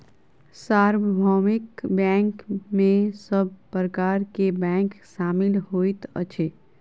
सार्वभौमिक बैंक में सब प्रकार के बैंक शामिल होइत अछि